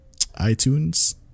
iTunes